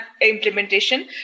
implementation